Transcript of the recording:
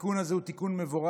התיקון הזה הוא תיקון מבורך,